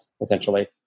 essentially